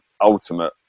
ultimate